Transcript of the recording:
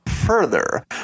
further